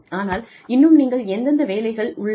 ஆனால் இன்னும் நீங்கள் எந்தெந்த வேலைகள் உள்ளன